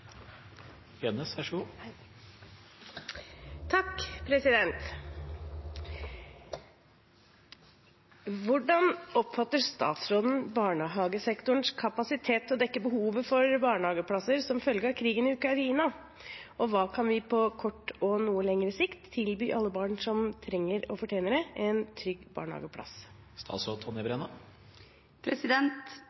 krigen i Ukraina, og kan vi på kort og noe lengre sikt tilby alle barn som trenger og fortjener det, en trygg